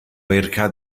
verja